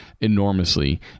enormously